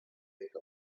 make